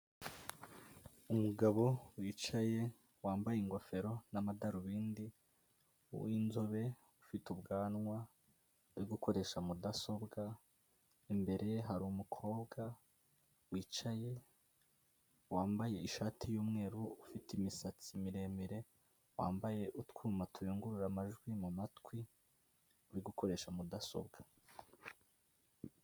Umugabo wicaye wambaye ingofero n'amadarubindi w'inzobe ufite ubwanwa uri gukoresha mudasobwa, imbere ye hari umukobwa wicaye wambaye ishati y'umweru ufite imisatsi miremire wambaye utwuma tuyungurura amajwi mu matwi uri gukoresha mudasobwa.